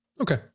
okay